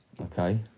Okay